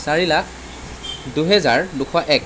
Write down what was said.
চাৰি লাখ দুহেজাৰ দুশ এক